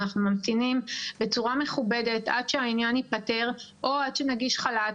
אנחנו ממתינים בצורה מכובדת עד שהעניין ייפתר או עד שנגיש חל"ת,